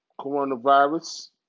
coronavirus